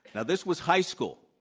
now, this was high school.